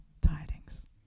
tidings